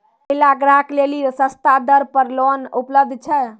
महिला ग्राहक लेली सस्ता दर पर लोन उपलब्ध छै?